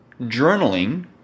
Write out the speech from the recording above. journaling